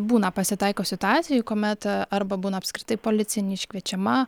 būna pasitaiko situacijų kuomet arba būna apskritai policija neiškviečiama